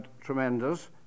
tremendous